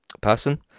person